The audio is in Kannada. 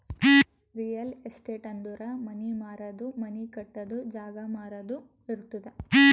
ರಿಯಲ್ ಎಸ್ಟೇಟ್ ಅಂದುರ್ ಮನಿ ಮಾರದು, ಮನಿ ಕಟ್ಟದು, ಜಾಗ ಮಾರಾದು ಇರ್ತುದ್